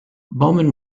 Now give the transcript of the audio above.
bowman